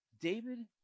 David